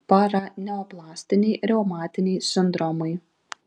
paraneoplastiniai reumatiniai sindromai